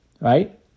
Right